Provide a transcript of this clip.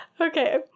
Okay